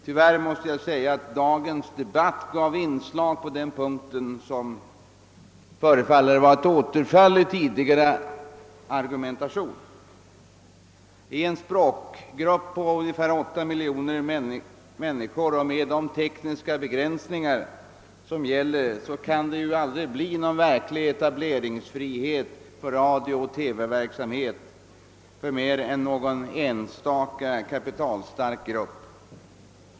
Tyvärr måste jag konstatera att dagens debatt har inslag på den punkten som förefaller vara ett återfall i tidigare argumentation. I en språkgrupp på ungefär 8 miljoner människor och med de tekniska begränsningar som gäller kan det inte bli någon verklig etableringsfrihet när det gäller radiooch TV verksamheten för mer än någon enstaka kapitalstark grupp.